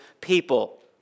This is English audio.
people